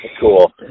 Cool